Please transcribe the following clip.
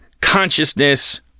consciousness